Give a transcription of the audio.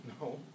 no